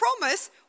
promise